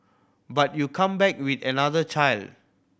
but you come back with another child